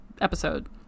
episode